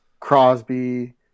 Crosby